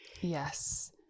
Yes